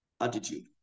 Attitude